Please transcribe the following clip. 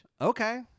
Okay